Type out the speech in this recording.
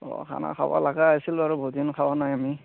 অ খানা খাব লগা হৈছিল বাৰু বহুত দিন খোৱা নাই আমি